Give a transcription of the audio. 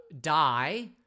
die